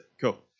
Cool